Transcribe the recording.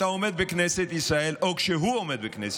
מאיר,